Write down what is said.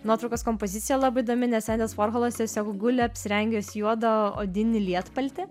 nuotraukos kompozicija labai įdomi nes endis vorholas tiesiog guli apsirengęs juodą odinį lietpaltį